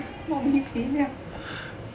莫名其妙